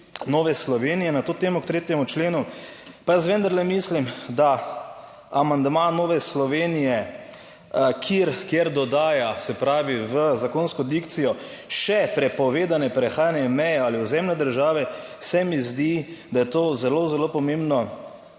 Nove Slovenije na to temo k 3. členu, pa jaz vendarle mislim, da amandma Nove Slovenije, kjer dodaja, se pravi, v zakonsko dikcijo še prepovedano prehajanje meje ali ozemlja države, se mi zdi, da je to zelo zelo pomembno